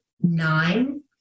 nine